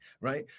right